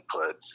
input